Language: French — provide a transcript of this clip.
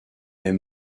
est